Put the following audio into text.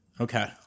Okay